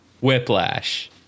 whiplash